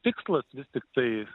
tikslas vis tiktai